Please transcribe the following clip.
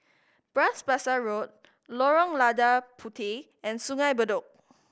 Bras Basah Road Lorong Lada Puteh and Sungei Bedok